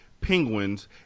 penguins